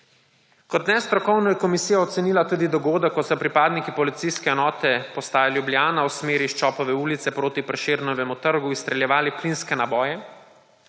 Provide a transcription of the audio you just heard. Kot nestrokovno je komisija ocenila tudi dogodek, ko so pripadniki policijske enote postaje Ljubljana v smeri s Čopove ulice proti Prešernovemu trgu izstreljevali plinske naboje,